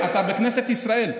מתבלבל, אתה בכנסת ישראל.